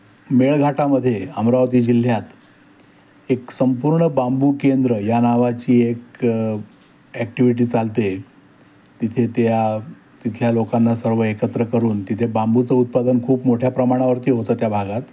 मेळघाटामध्ये अमरावती जिल्ह्यात एक संपूर्ण बांबू केंद्र या नावाची एक ॲक्टिव्हिटी चालते तिथे त्या तिथल्या लोकांना सर्व एकत्र करून तिथे बांबूचं उत्पादन खूप मोठ्या प्रमाणावरती होतं त्या भागात